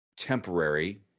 temporary